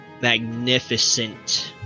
magnificent